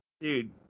Dude